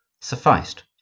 sufficed